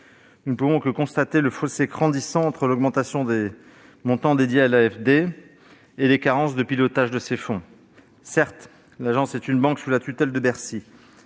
Nous ne pouvons que constater le fossé grandissant entre l'augmentation des montants dédiés à l'AFD et les carences de pilotage de ces fonds. Certes, l'Agence est une banque sous la tutelle de Bercy.